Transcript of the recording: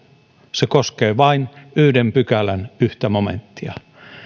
se koskee vain yhden pykälän yhtä momenttia